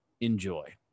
enjoy